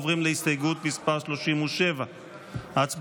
עוברים להצבעה על הסתייגות מס' 37. הצבעה.